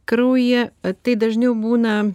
kraujyje tai dažniau būna